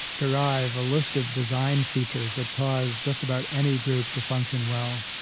derive a list of designed features that cause just about any group to function well,